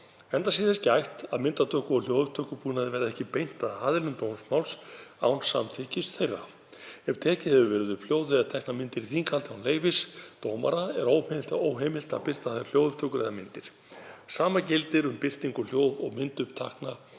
enda sé þess gætt að myndatöku- og hljóðupptökubúnaði verði ekki beint að aðilum dómsmáls án samþykkis þeirra. Ef tekið hefur verið upp hljóð eða teknar myndir í þinghaldi án leyfis dómara er óheimilt að birta þær hljóðupptökur eða myndir. Sama gildir um birtingu hljóð- og myndupptakna